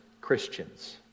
Christians